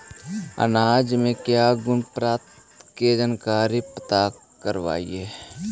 अनाज मे क्या गुणवत्ता के जानकारी पता करबाय?